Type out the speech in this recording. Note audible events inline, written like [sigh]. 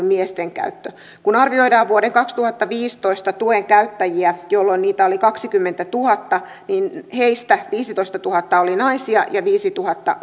[unintelligible] miesten käyttö kun arvioidaan vuoden kaksituhattaviisitoista tuen käyttäjiä jolloin heitä oli kaksikymmentätuhatta niin heistä viisitoistatuhatta oli naisia ja viisituhatta [unintelligible]